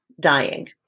dying